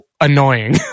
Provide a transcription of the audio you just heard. annoying